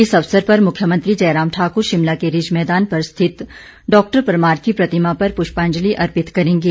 इस अवसर पर मुख्यमंत्री जयराम ठाक्र शिमला के रिज मैदान पर स्थित डॉक्टर परमार की प्रतिमा पर पुष्पांजलि अर्पित करेंगे